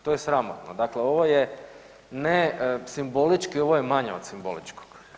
To je sramotno, dakle ovo je ne simbolički ovo je manje od simboličkog.